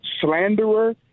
slanderer